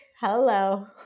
hello